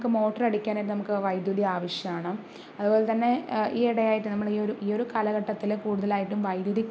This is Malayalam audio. നമുക്ക് മോട്ടോറടിക്കാനായിട്ട് നമുക്ക് വൈദ്യുതി ആവശ്യമാണ് അതുപോലെ തന്നെ ഈ ഇടയായിട്ട് നമ്മള് ഈ ഒരു ഈ ഒരു കാലഘട്ടത്തിൽ കൂടുതലായിട്ടും വെദ്യുതി